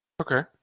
Okay